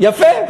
יפה.